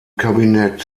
kabinett